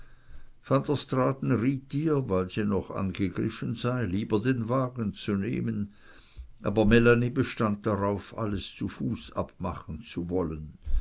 ihr weil sie noch angegriffen sei lieber den wagen zu nehmen aber melanie bestand darauf alles zu fuß abmachen zu wollen